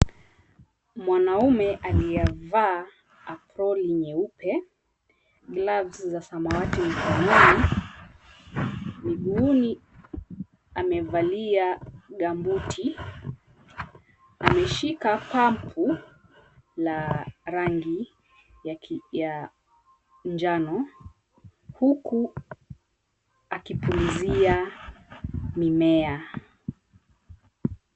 Mwanaume alivaa aproli nyeupe, gloves za samawati mkononi. Miguuni amevalia gambuti. Ameshika pampu la rangi ya njano huku akipulizia mimea.